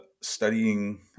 studying